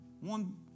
One